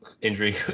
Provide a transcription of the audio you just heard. Injury